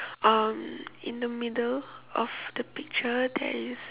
um in the middle of the picture there is